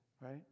right